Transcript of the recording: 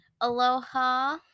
Aloha